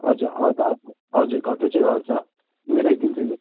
हजुर त हजुर घट्नु चाहिँ घट्छ मिलाइदिन्छु नि